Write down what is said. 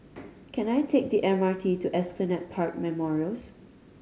can I take the M R T to Esplanade Park Memorials